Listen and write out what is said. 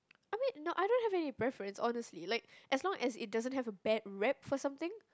I mean no I don't have any preference honestly like as long as it doesn't have a bad rap for something